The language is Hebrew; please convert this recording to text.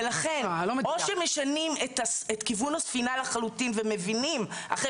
ולכן או שמשנים את כיוון הספינה לחלוטין ומבינים אחרי